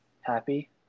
happy